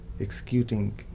executing